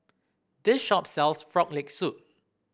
this shop sells Frog Leg Soup